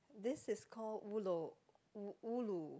this is called ulo u~ ulu